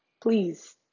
please